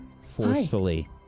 Forcefully